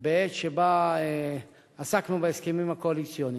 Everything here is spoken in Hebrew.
בעת שבה עסקנו בהסכמים הקואליציוניים.